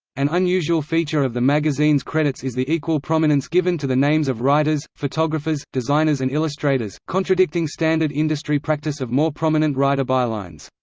an unusual feature of the magazine's credits is the equal prominence given to the names of writers, photographers, designers and illustrators, contradicting standard industry practice of more prominent writer bylines.